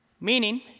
meaning